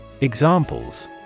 Examples